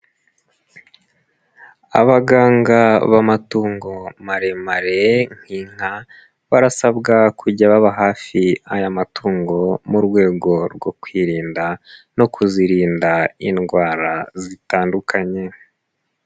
Abaganga b'amatungo maremare nk'inka barasabwa kujya baba hafi aya matungo mu rwego rwo kwirinda no kuzirinda indwara zitandukanye.